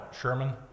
Sherman